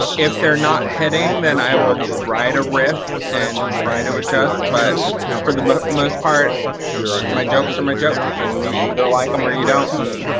if they're not hitting then i will try to riff and try to adjust but for the most part my jokes are my jokes and you either like them um or you don't. and